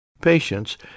Patience